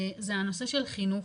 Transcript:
זה הנושא של חינוך,